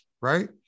right